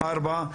ארבע,